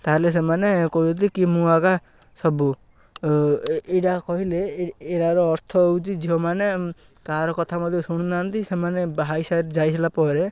ତାହେଲେ ସେମାନେ କହନ୍ତି କି ମୁଁ ଆକା ସବୁ ଏଇଟା କହିଲେ ଏ ଏହାର ଅର୍ଥ ହେଉଛି ଝିଅମାନେ କାହାର କଥା ମଧ୍ୟ ଶୁଣୁନାହାନ୍ତି ସେମାନେ ବାହାହେଇ ଯାଇସାରିଲା ପରେ